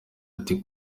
ati